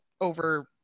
over